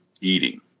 eating